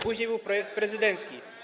Później był projekt prezydencki.